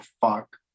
fuck